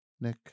Nick